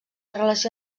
relació